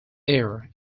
ear